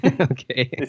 Okay